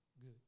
good